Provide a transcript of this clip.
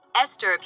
Esther